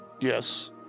Yes